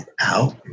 out